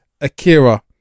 akira